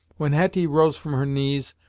when hetty rose from her knees,